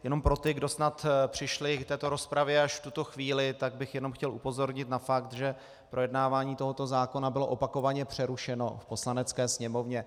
Jenom pro ty, kdo snad přišli k této rozpravě až v tuto chvíli, tak bych jenom chtěl upozornit na fakt, že projednávání tohoto zákona bylo opakovaně přerušeno v Poslanecké sněmovně.